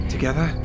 Together